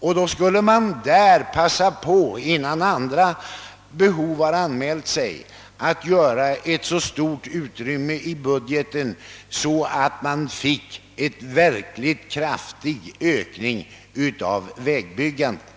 Regeringen skulle alltså passa på, innan andra behov har anmält sig, att bereda utrymme i budgeten för en verkligt kraftig ökning av vägbyggandet.